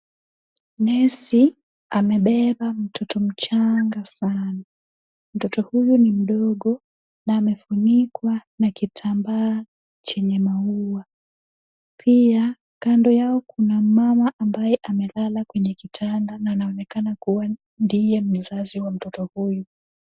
Nesi amebeba mtoto mchangaa sana mtoto huyu ni mdogo na amefunikwa na kitambaa chenye maua, pia kando yao kuna mumama ambaye amelala kwenye kitanda na anaonekana kuwa ndiye mzazi wa mtoto huyu.